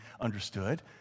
understood